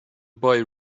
boy